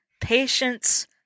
patience